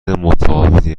متفاوتی